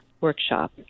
workshop